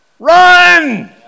Run